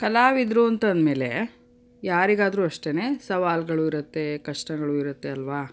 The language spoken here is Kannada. ಕಲಾವಿದರು ಅಂತ ಅಂದ ಮೇಲೆ ಯಾರಿಗಾದ್ರೂ ಅಷ್ಟೇ ಸವಾಲುಗಳು ಇರುತ್ತೆ ಕಷ್ಟಗಳೂ ಇರುತ್ತೆ ಅಲ್ಲವಾ